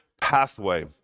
pathway